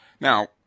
Now